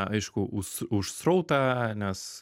aišku us už srautą nes